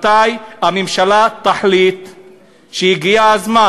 מתי הממשלה תחליט שהגיע הזמן?